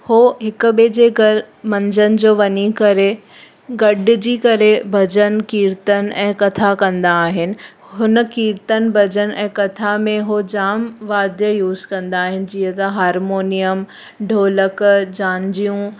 हू हिक ॿिए जे घरु मंझंदि जो वञी करे गॾिजी करे भॼन कीर्तन ऐं कथा कंदा आहिनि हुन कीर्तन भॼन ऐं कथा में हो जामु वाद्य यूज़ कंदा आहिनि जीअं त हार्मोनिअम ढोलक झांझियूं